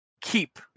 Keep